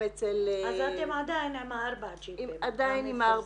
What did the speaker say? זה העניין התרבותי,